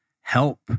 help